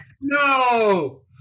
No